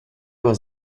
was